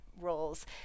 roles